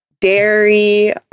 dairy